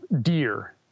deer